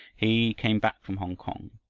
he came back from hongkong,